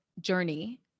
journey